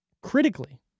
Critically